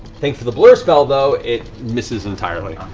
thanks to the blur spell, though, it misses entirely.